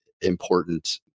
important